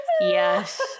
yes